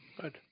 Good